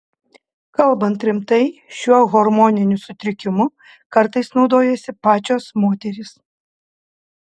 kalbant rimtai šiuo hormoniniu sutrikimu kartais naudojasi pačios moterys